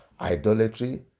idolatry